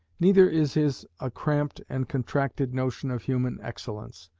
neither is his a cramped and contracted notion of human excellence,